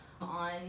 on